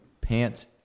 pants